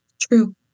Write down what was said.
True